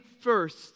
first